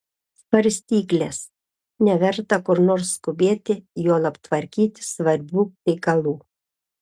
svarstyklės neverta kur nors skubėti juolab tvarkyti svarbių reikalų